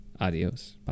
Adios